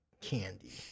candy